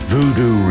Voodoo